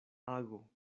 ago